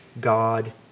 God